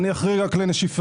אבל אני אחריג רק כלי נשיפה.